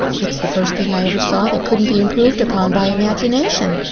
it's the first thing i ever saw that couldn't be improved upon by imagination.